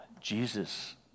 Jesus